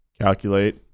Calculate